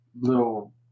little